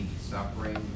suffering